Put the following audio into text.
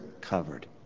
covered